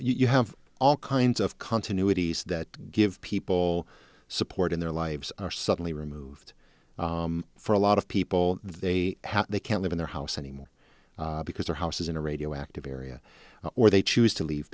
you have all kinds of continuity so that give people support in their lives are suddenly removed for a lot of people they have they can't live in their house anymore because their houses in a radioactive area or they choose to leave